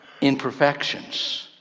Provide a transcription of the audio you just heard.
imperfections